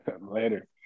Later